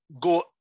go